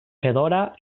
fedora